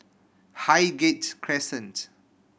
Highgate Crescent